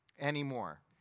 anymore